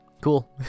Cool